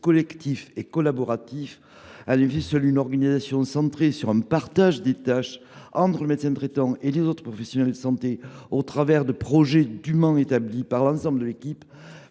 collectif et collaboratif. Seule une organisation centrée sur le partage des tâches entre le médecin traitant et les autres personnels de santé, au travers de projets dûment établis par l’ensemble de l’équipe,